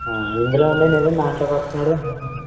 ఇందులో ఉండే నిజం దాంట్లో కొచ్చేటప్పటికీ